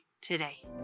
today